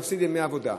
להפסיד ימי עבודה.